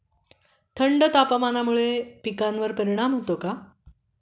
थंड तापमानामुळे पिकांवर परिणाम होतो का?